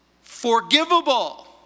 forgivable